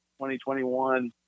2021